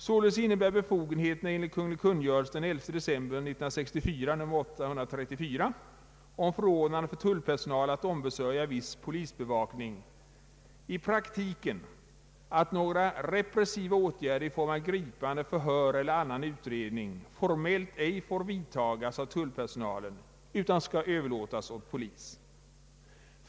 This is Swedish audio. Således innebär befogenheterna enligt kungl. kungörelsen den 11 december 1964, nr 834, om förordnande för tullpersonal att ombesörja viss polisbevakning i praktiken att några repressiva åtgärder i form av gripande, förhör eller annan utredning formellt ej får vidtagas av tullpersonalen utan skall överlåtas åt polis.